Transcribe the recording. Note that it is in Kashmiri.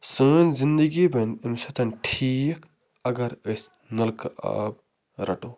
سٲنۍ زنٛدگی بَنہِ اَمہِ سۭتۍ ٹھیٖک اگر أسۍ نَلکہٕ آب رَٹو